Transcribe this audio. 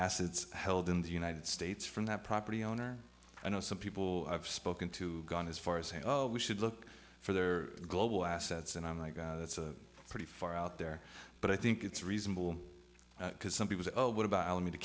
assets held in the united states from that property owner i know some people i've spoken to gone as far as saying we should look for their global assets and i'm like that's a pretty far out there but i think it's reasonable because some people say well what about al